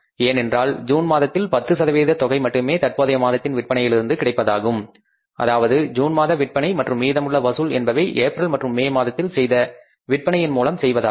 ஏனென்றால் ஜூன் மாதத்தில் 10 சதவீத தொகை மட்டுமே தற்போதைய மாதத்தின் விற்பனையிலிருந்து கிடைப்பதாகும் அதாவது ஜூன் மாத விற்பனை மற்றும் மீதமுள்ள வசூல் என்பவை ஏப்ரல் மற்றும் மே மாதத்தில் செய்த விற்பனையின் மூலம் செய்வதாகும்